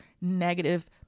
negative